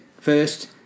first